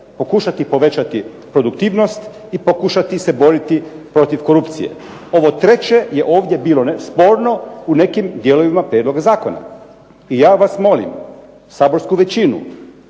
pokušati povećati produktivnost i pokušati se boriti protiv korupcije. Ovo treće je ovdje bilo sporno u nekim dijelovima prijedloga zakona. I ja vas molim, saborsku većinu